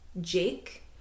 Jake